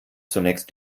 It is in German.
zunächst